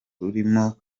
rurimo